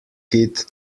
kit